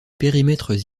périmètres